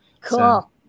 cool